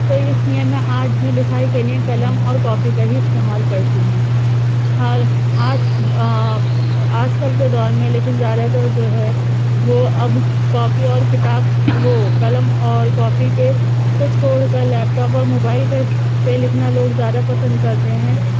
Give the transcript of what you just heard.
تو اس لیے میں آج بھی لکھائی کے لیے قلم اور کاپی کا ہی استعمال کرتی ہوں اور آج آج کل کے دور میں لیکن زیادہ تر جو ہے وہ اب کاپی اور کتاب وہ قلم اور کاپی کے کو چھوڑ کر لیپ ٹاپ اور موبائل کا اس پہ لکھنا لوگ زیادہ پسند کرتے ہیں